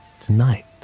Tonight